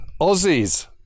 aussies